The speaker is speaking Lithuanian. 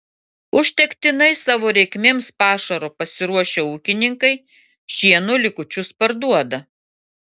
užtektinai savo reikmėms pašaro pasiruošę ūkininkai šieno likučius parduoda